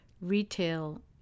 retail